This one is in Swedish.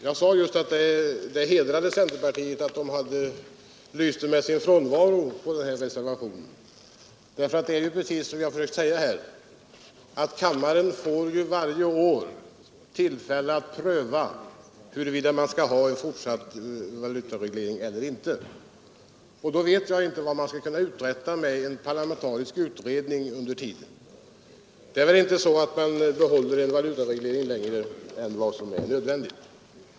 Jag sade tidigare att det hedrade centerpartiet att det lyste med sin frånvaro på den här reservationen. Kammaren får ju varje år tillfälle att pröva huruvida vi skall ha en fortsatt valutareglering eller inte. Jag vet då inte vad man skall kunna uträtta med en parlamentarisk utredning under tiden. Man behåller väl inte en valutareglering längre än vad som är nödvändigt.